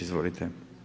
Izvolite.